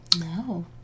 No